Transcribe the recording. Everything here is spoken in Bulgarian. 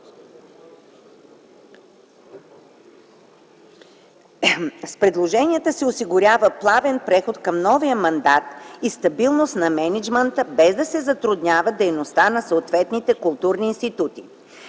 С предложенията се осигурява плавен преход към новия мандат и стабилност на мениджмънта, без да се затруднява дейността на съответните културни институти.